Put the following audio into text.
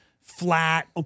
flat